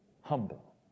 humble